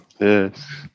Yes